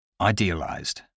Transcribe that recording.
Idealized